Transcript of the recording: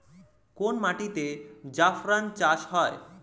কোন মাটিতে জাফরান চাষ ভালো হয়?